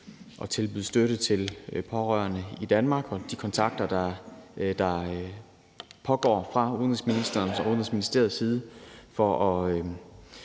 og tilbyde støtte til pårørende i Danmark og de kontakter, der pågår fra Udenrigsministeriets side